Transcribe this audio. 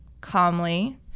calmly